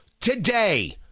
today